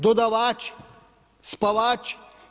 Dodavači, spavači.